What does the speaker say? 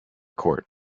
court